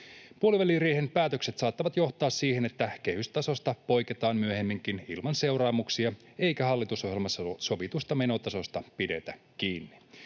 ”Puoliväliriihen päätökset saattavat johtaa siihen, että kehystasosta poiketaan myöhemminkin ilman seuraamuksia eikä hallitusohjelmassa sovitusta menotasosta pidetä kiinni.